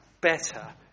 better